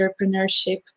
entrepreneurship